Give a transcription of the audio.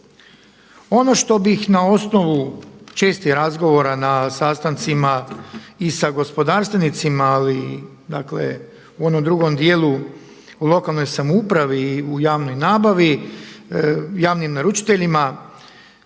Ono što bih na osnovu čestih razgovora na sastancima i sa gospodarstvenicima ali i dakle u onom drugom djelu u lokalnoj samoupravi i u javnoj nabavi javnim naručiteljima